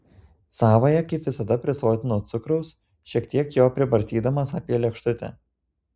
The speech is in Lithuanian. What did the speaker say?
savąją kaip visada prisotinau cukraus šiek tiek jo pribarstydamas apie lėkštutę